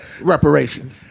Reparations